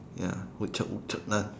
ya woodchuck would chuck none